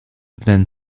than